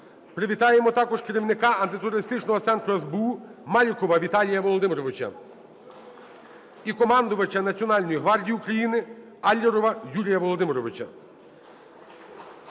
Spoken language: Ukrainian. Привітаємо також керівника Антитерористичного центру СБУ Малікова Віталія Володимировича. (Оплески) І командувача Національної гвардії України Аллерова Юрія Володимировича.